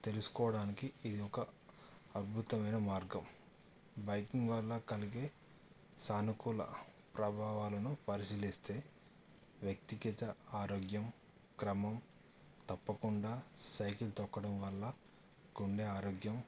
తెలుసుకోవడానికి ఇది ఒక అద్భుతమైన మార్గం బైకింగ్ వల్ల కలిగే సానుకూల ప్రభావాలను పరిశీలిస్తే వ్యక్తిగత ఆరోగ్యం క్రమం తప్పకుండా సైకిల్ తొక్కడం వల్ల గుండె ఆరోగ్యం